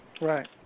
Right